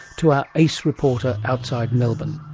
to our ace reporter outside melbourne,